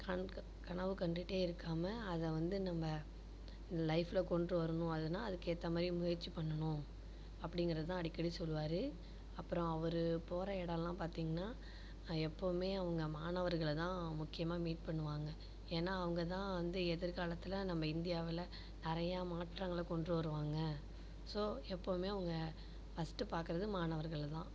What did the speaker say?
கனவு கண்டுகிட்டே இருக்காமல் அதை வந்து நம்ம லைஃப்பில் கொண்டு வரணும் அதுனால் அதுக்கு ஏற்ற மாதிரி முயற்சி பண்ணணும் அப்படிங்குறது தான் அடிக்கடி சொல்லுவார் அப்புறம் அவர் போகிற இடம்லாம் பார்த்திங்ன்னா எப்பவுமே அவங்க மாணவர்களை தான் முக்கியமாக மீட் பண்ணுவாங்க ஏன்னால் அவங்க தான் வந்து எதிர் காலத்தில் நம்ம இந்தியாவில் நிறைய மாற்றங்களை கொண்டு வருவாங்க ஸோ எப்பவுமே அவங்க ஃபர்ஸ்ட் பார்க்குறது மாணவர்களை தான்